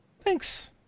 thanks